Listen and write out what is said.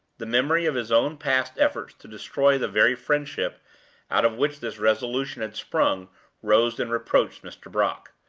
the memory of his own past efforts to destroy the very friendship out of which this resolution had sprung rose and reproached mr. brock.